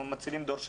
אנחנו מצילים דור שלם.